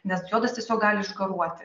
nes sodas tiesiog gali išgaruoti